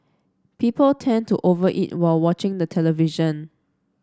people tend to over eat while watching the television